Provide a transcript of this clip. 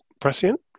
prescient